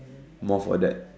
more for that